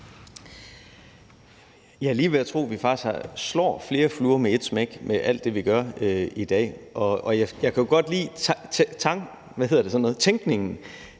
vi faktisk slår flere fluer med et smæk med alt det, vi gør i dag. Og jeg kan jo godt lide tænkningen,